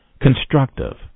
constructive